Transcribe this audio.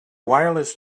wireless